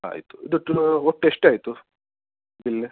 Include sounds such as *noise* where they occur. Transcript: ಆಯಿತು *unintelligible* ಒಟ್ಟು ಎಷ್ಟಾಯಿತು ಬಿಲ್ಲು